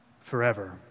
forever